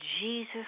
Jesus